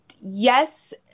yes